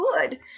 good